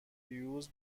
هیوز